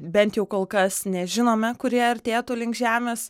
bent jau kol kas nežinome kurie artėtų link žemės